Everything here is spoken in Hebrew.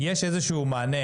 יש איזשהו מענה,